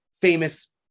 famous